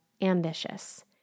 ambitious